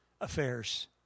affairs